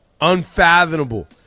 Unfathomable